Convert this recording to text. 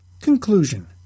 Conclusion